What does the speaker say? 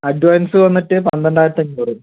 advance വന്നിട്ട് പന്ത്രണ്ടായിരത്തി അഞ്ഞൂറ്